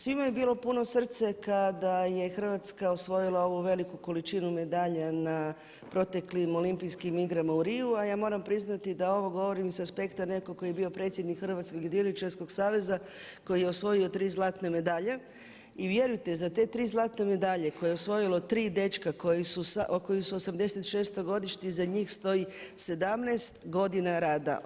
Svima je bilo puno srce kada je Hrvatska osvojila ovu veliku količinu medalja na proteklim Olimpijskim igrama u Riu, a ja moram priznati da ovo govorim sa aspekta netko tko je bio predsjednik Hrvatskog jedriličarskog saveza koji je osvojio tri zlatne medalje i vjerujte za te tri zlatne medalje koje je osvojilo tri dečka koji su '86. godište iza njih stoji 17 godina rada.